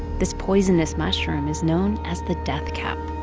this poisonous mushroom is known as the death cap.